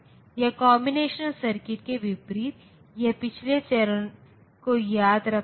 यह combinational circuit के विपरीत यह पिछले चरण को याद रखता है